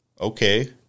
okay